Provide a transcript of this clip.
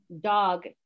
dog